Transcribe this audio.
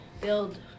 build